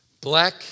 Black